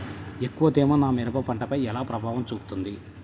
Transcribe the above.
ఎక్కువ తేమ నా మిరప పంటపై ఎలా ప్రభావం చూపుతుంది?